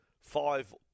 five